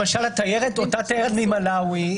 למשל אותה תיירת ממלאווי,